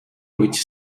which